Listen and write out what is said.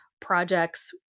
projects